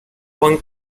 juan